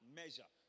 measure